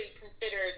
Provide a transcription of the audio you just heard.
considered